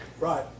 Right